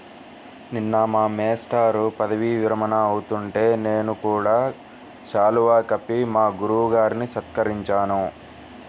నిన్న మా మేష్టారు పదవీ విరమణ అవుతుంటే నేను కూడా శాలువా కప్పి మా గురువు గారిని సత్కరించాను